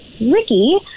Ricky